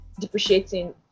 depreciating